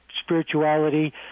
spirituality